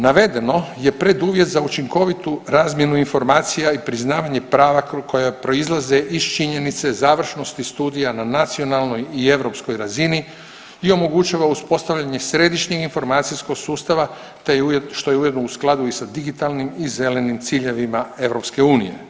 Navedeno je preduvjet za učinkovitu razmjenu informacija i priznavanje prava koja proizlaze iz činjenice završnosti studija na nacionalnoj i europskoj razini i omogućava uspostavljanje središnjeg informacijskog sustava što je ujedno u skladu i sa digitalnim i zelenim ciljevima EU.